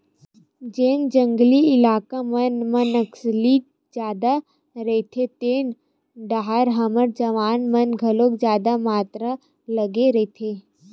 जेन जंगली इलाका मन म नक्सली जादा रहिथे तेन डाहर हमर जवान मन घलो जादा मातरा लगे रहिथे